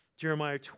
Jeremiah